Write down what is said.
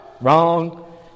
wrong